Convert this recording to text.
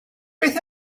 beth